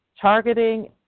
Targeting